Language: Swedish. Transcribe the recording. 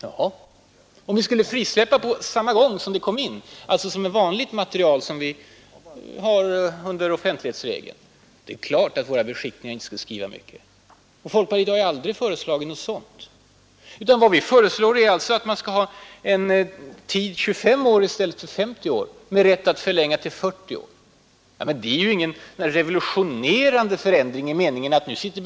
Ja, om materialet skulle frisläppas samtidigt som det kom in, alltså behandlas som vanliga allmänna handlingar och falla under offentlighetsregeln, så är det klart att våra beskickningar inte skulle skriva mycket. Folkpartiet har heller aldrig för vara 25 år i stället för 50 och att det skall finnas rätt att förlänga sekretessen till högst 40 år. Det är ju ingen revolutionerande förändring, agit någonting sådant.